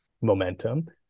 momentum